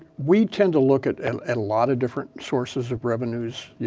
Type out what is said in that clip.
we tend to look at and at a lot of different sources of revenues, yeah